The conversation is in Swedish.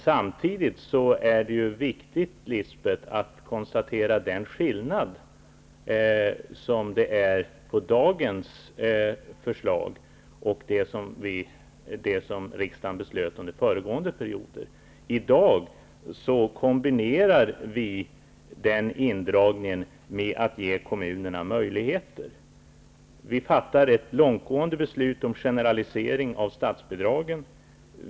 Samtidigt är det viktigt, Lisbet Calner, att konstatera skillnaden mellan dagens förslag och de förslag som riksdagen beslöt om under föregående perioder. I dag kombinerar vi indragningen med att ge kommunerna möjligheter. Vi fattar ett långtgående beslut om generalisering av statsbidragen.